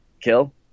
kill